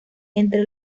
entre